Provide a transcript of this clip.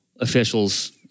officials